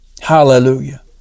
Hallelujah